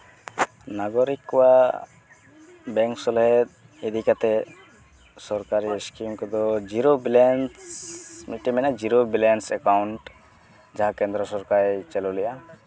ᱱᱟᱜᱚᱨᱤᱠ ᱠᱚᱣᱟᱜ ᱵᱮᱝᱠ ᱥᱮᱞᱮᱫ ᱤᱫᱤ ᱠᱟᱛᱮᱫ ᱥᱚᱨᱠᱟᱨᱤ ᱤᱥᱠᱤᱢ ᱠᱚᱫᱚ ᱡᱤᱨᱳ ᱵᱞᱮᱱᱥ ᱢᱤᱫᱴᱮᱱ ᱢᱮᱱᱟᱜᱼᱟ ᱡᱤᱨᱳ ᱵᱮᱞᱮᱱᱥ ᱮᱠᱟᱣᱩᱱᱴ ᱡᱟᱦᱟᱸ ᱠᱮᱫᱽᱨᱚ ᱥᱚᱨᱠᱟᱨᱮ ᱪᱟᱹᱞᱩ ᱞᱮᱫᱼᱟ